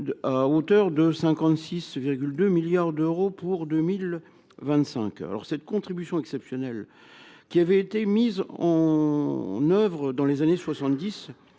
à hauteur de 56,2 milliards d’euros pour 2025. Cette contribution exceptionnelle avait été mise en œuvre dans les années